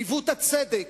עיוות הצדק,